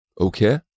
Okay